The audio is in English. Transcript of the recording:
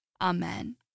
Amen